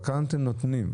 אבל כאן אתם נותנים,